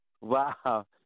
Wow